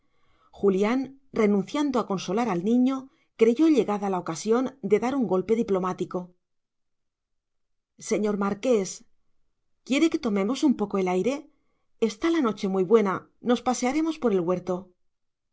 julián renunciando a consolar al niño creyó llegada la ocasión de dar un golpe diplomático señor marqués quiere que tomemos un poco el aire está la noche muy buena nos pasearemos por el huerto